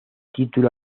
título